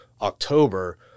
October